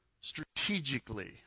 strategically